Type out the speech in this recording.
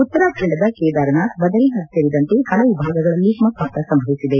ಉತ್ತರಾಖಂಡದ ಕೇದಾರನಾಥ್ ಬದರಿನಾಥ್ ಸೇರಿದಂತೆ ಪಲವು ಭಾಗಗಳಲ್ಲಿ ಹಿಮವಾತ ಸಂಭವಿಸಿದೆ